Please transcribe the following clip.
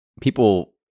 people